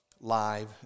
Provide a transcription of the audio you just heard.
live